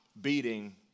beating